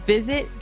Visit